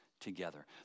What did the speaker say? together